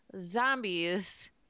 zombies